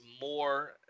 more